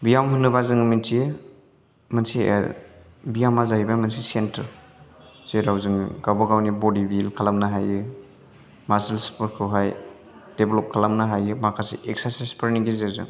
ब्याम होनोबा जोङो मिथियो मोनसे ब्यामआ जाहैबाय मोनसे सेन्टोर जेराव जोङो गावबा गावनि बडि बिल्ड खालामनो हायो मासोल्स फोरखौहाय देभल'प खालामनो हायो माखासे एक्सारसाइस फोरनि गेजेरजों